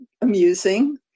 amusing